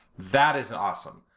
that is awesome.